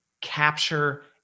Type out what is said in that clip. capture